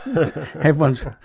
Everyone's